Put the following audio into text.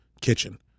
Kitchen